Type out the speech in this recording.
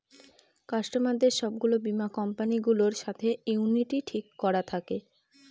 কাস্টমারদের সব গুলো বীমা কোম্পানি গুলোর সাথে ইউনিটি ঠিক করা থাকে